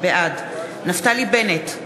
בעד נפתלי בנט,